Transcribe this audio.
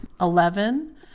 Eleven